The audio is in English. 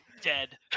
dead